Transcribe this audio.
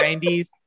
90s